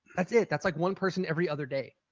that's it. that's like one person every other day.